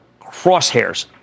crosshairs